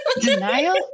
Denial